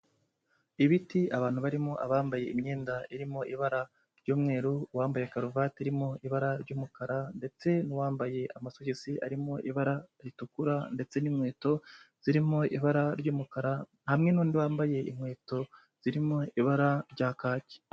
Ibiti, abantu barimo abambaye imyenda irimo ibara ry'umweru, uwambaye karuvati irimo ibara ry'umukara ndetse n'uwambaye amasogisi arimo ibara ritukura ndetse n'inkweto zirimo ibara ry'umukara, hamwe n'undi wambaye inkweto zirimo ibara rya kaki.